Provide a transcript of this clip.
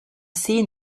seen